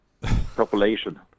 population